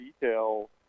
detail